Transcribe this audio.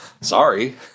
Sorry